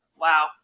Wow